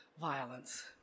Violence